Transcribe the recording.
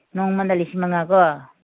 ꯅꯣꯡꯃꯗ ꯂꯤꯁꯤꯡ ꯃꯉꯥꯀꯣ